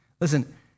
Listen